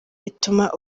bituma